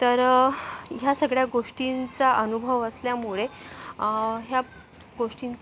तर ह्या सगळ्या गोष्टींचा अनुभव असल्यामुळे ह्या गोष्टी